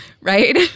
right